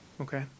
okay